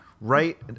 right